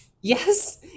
Yes